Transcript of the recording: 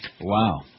Wow